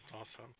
awesome